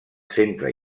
centre